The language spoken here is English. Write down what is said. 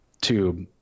tube